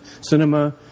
cinema